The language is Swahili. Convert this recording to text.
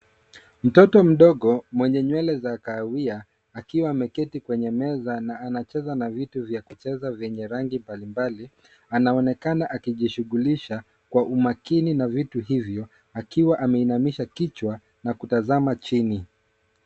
Mtoto mdogo mwenye nywele za kahawia akiwa ameketi kwenye meza na anacheza na vitu vya kucheza vyenye rangi mbalimbali, anaonekana akijishughulisha kwa umakini na vitu hivyo akiwa ameinamisha kichwa na kutazama chini